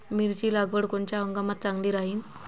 मिरची लागवड कोनच्या हंगामात चांगली राहीन?